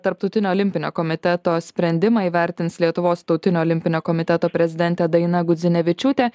tarptautinio olimpinio komiteto sprendimą įvertins lietuvos tautinio olimpinio komiteto prezidentė daina gudzinevičiūtė